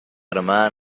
armada